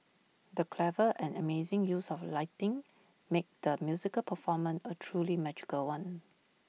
the clever and amazing use of lighting made the musical performance A truly magical one